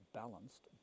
balanced